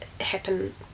happen